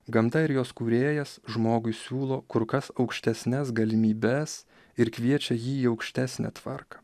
gamta ir jos kūrėjas žmogui siūlo kur kas aukštesnes galimybes ir kviečia jį į aukštesnę tvarką